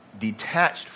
detached